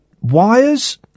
wires